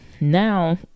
Now